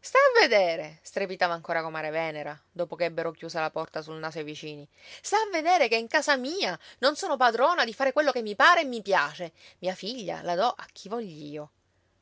sta a vedere strepitava ancora comare venera dopo che ebbero chiusa la porta sul naso ai vicini sta a vedere che in casa mia non sono padrona di fare quello che mi pare e piace mia figlia la do a chi vogl'io